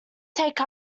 take